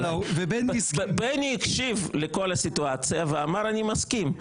בני הקשיב לכל הסיטואציה ואמר: אני מסכים.